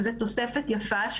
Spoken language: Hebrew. וזו תוספת יפה,